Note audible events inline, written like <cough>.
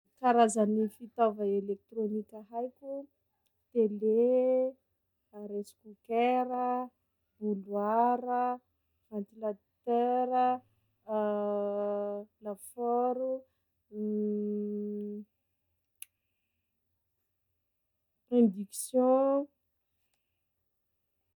Karazagny fitaova elekitrônika haiko: tele, rice cooker, bouloir, ventilateur, <hesitation> lafôro, <hesitation> induction.